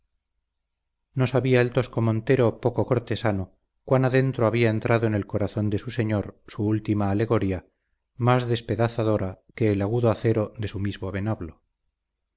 no sabía el tosco montero poco cortesano cuán adentro había entrado en el corazón de su señor su última alegoría más despedazadora que el agudo acero de su mismo venablo